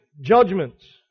Judgments